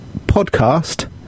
podcast